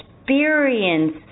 experience